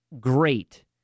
great